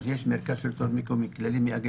האמנתי שיש להיות חלק ממרכז השלטון הכללי והייתי